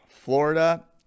Florida